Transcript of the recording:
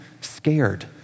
scared